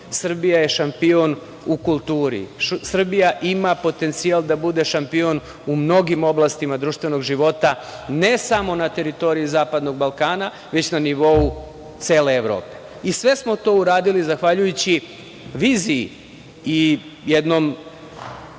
Srbija je šampion u kulturi. Srbija ima potencijal da bude šampion u mnogim oblastima društvenog života, ne samo na teritoriji zapadnog Balkana, već na nivou cele Evrope. Sve smo to uradili zahvaljujući viziji i jednom